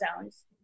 zones